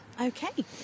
Okay